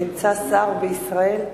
נמצא שר בישראל.